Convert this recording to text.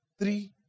three